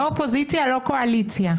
לא אופוזיציה לא קואליציה.